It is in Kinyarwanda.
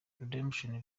redemption